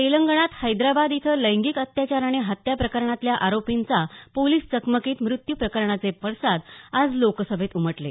तेलंगणात हैदराबाद इथं लैंगिक अत्याचार आणि हत्या प्रकरणातल्या आरोपींचा पोलिस चकमकीत मृत्यू प्रकरणाचे पडसाद आज लोकसभेत उमटले